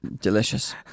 Delicious